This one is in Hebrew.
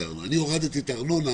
אני הורדתי את הארנונה